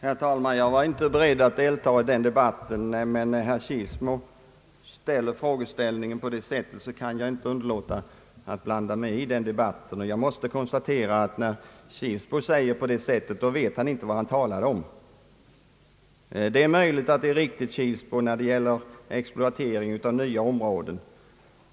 Herr talman! Jag hade inte tänkt att delta i denna debatt, men när herr Kilsmo ställer frågan så som han här har gjort, kan jag inte underlåta att blanda mig i debatten. Jag måste konstatera att herr Kilsmo när han ställer dessa frågor inte vet vad han talar om. Det är möjligt att det herr Kilsmo här sagt är riktigt, när det gäller exploatering av nya områden.